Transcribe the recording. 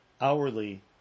hourly